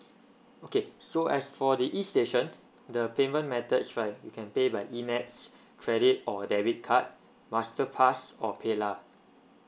okay so as for the e station the payment methods right you can pay by e nets credit or debit card masterpass or PayLah